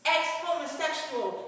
Ex-homosexual